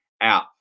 out